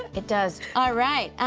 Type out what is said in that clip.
it does. alright, um,